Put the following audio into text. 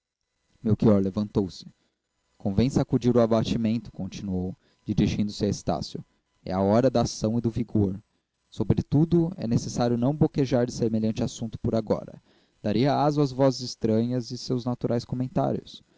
larga melchior levantou-se convém sacudir o abatimento continuou dirigindo-se a estácio é a hora da ação e do vigor sobretudo é necessário não boquejar de semelhante assunto por agora daria azo às vozes estranhas e seus naturais comentários